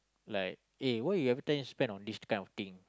like eh why you every time spend on this kind of thing